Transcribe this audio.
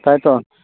ᱛᱟᱭᱛᱚ